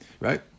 right